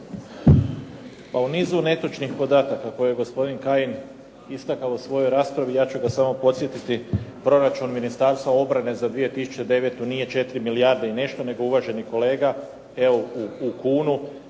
Pa u nizu netočnih podataka koje je gospodin Kajin istako u svojoj raspravi, ja ću ga samo podsjetit, proračun Ministarstva obrane za 2009. nije 4 milijarde i nešto, nego uvaženi kolega, evo u kunu,